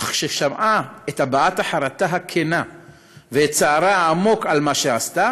אך כששמעה את הבעת החרטה הכנה ואת צערה העמוק על מה שעשתה